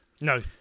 No